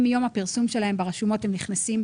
כשמיום הפרסום שלהם ברשומות הם נכנסים